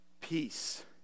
Peace